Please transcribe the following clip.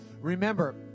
remember